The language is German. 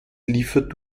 liefert